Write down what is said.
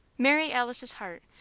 mary alice's heart,